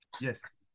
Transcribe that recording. Yes